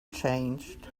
changed